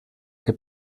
che